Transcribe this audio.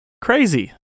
Crazy